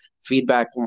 feedback